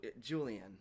Julian